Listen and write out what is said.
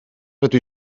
rydw